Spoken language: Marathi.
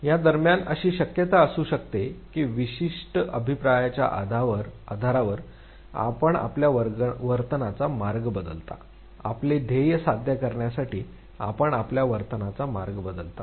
या दरम्यान अशी शक्यता असू शकते की विशिष्ट अभिप्रायाच्या आधारावर आपण आपल्या वर्तनाचा मार्ग बदलता आपले ध्येय साध्य करण्यासाठी आपण आपल्या वर्तनाचा मार्ग बदलता